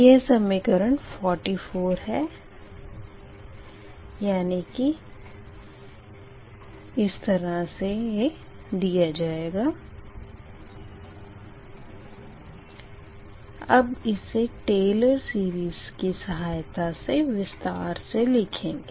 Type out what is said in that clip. यह समीकरण 44 है यानी कि y1f1x10∆x1 x20∆x2 xn0∆xn y2f2x10∆x1 x20∆x2 xn0∆xn ynfnx10∆x1 x20∆x2 xn0∆xn अब इसे टेयलर'स सीरीस Taylor's series की सहायता से विस्तार से लिखेंगे